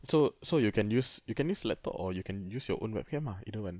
so so you can use you can use laptop or you can use your own webcam ah either one